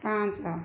ପାଞ୍ଚ